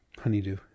honeydew